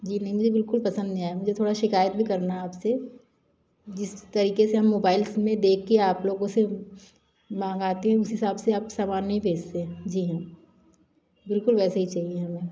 जी नहीं मुझे बिल्कुल पसंद नहीं आया मुझे थोड़ी शिकायत भी करना है आप से जिस तरीक़े से मोबाइल्स में देख के आप लोगों से मंगाते हैं उस हिसाब से आप समान नहीं भेजते हैं जी हाँ बिल्कुल वैसा ही चाहिए हमें